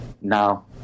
now